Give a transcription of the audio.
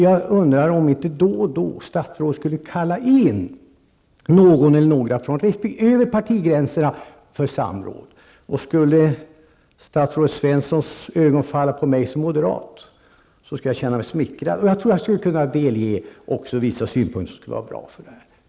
Jag undrar om inte statsrådet då och då, över partigränserna, skulle kalla in någon eller några av dessa personer för samråd. Skulle statsrådet Svenssons ögon falla på mig som moderat skulle jag känna mig smickrad, och jag tror också att jag skulle kunna delge vissa synpunkter som skulle vara bra i detta sammanhang.